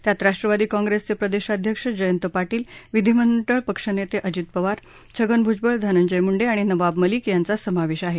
त्यात राष्ट्रवादी काँग्रेसचे प्रदेशाध्यक्ष जयत पाटील विधीमंडळ पक्षनेते अजित पवार छगन भूजबळ धनंजय मुंडे आणि नवाब मलिक यांचा समावेश आहे